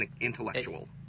intellectual